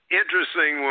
interesting